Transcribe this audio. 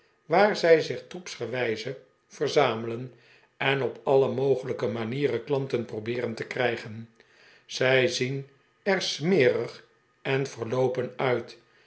waar zij zich troepsgewijze verzamelen en op alle mogelijke manieren klanten probeeren te krijgen zij zien er smerig en verloopen uit